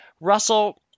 Russell